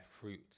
fruit